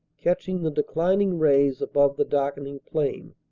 catching the declining rays above the darkening plain.